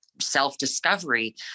self-discovery